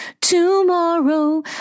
tomorrow